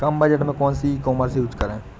कम budget में कौन सी ई कॉमर्स यूज़ करें?